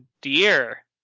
dear